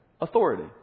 authority